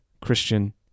Christian